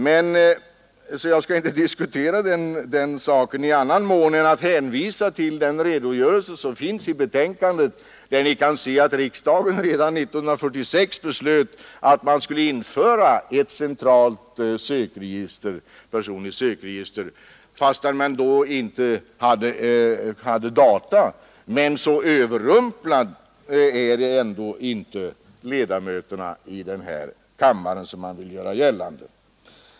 Jag skall därför inte diskutera den saken i annan mån än att jag hänvisar till den redogörelse som finns i betänkandet, där ni kan se att riksdagen redan 1946 beslöt att man skull införa ett centralt sökregister över befolkningen, fastän man då inte hade datatekniken. Men så överrumplade är ändå inte ledamöterna av denna kammare som man vill göra gällande.